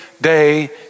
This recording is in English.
day